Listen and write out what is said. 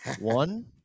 One